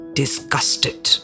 disgusted